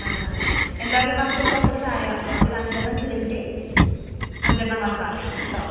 ആ എന്തായാലും നമുക്ക് ഒരു പത്ത് ചായ ഒരു അഞ്ച് എണ്ണം ഗ്രീൻ ടീ അഞ്ചെണ്ണം മസാലയും കേട്ടോ